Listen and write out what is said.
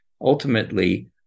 ultimately